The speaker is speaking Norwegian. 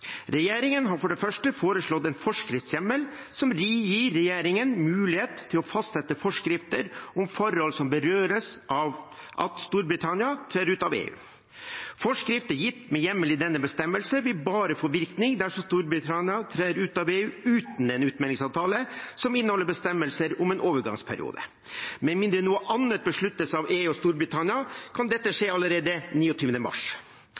Regjeringen har for det første foreslått en forskriftshjemmel som gir regjeringen mulighet til å fastsette forskrifter om forhold som berøres av at Storbritannia trer ut av EU. Forskrifter gitt med hjemmel i denne bestemmelsen vil bare få virkning dersom Storbritannia trer ut av EU uten en utmeldingsavtale som inneholder bestemmelser om en overgangsperiode. Med mindre noe annet besluttes av EU og Storbritannia, kan dette skje allerede 29. mars.